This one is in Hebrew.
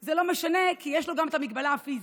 זה לא משנה, כי יש לו גם את המגבלה הפיזית,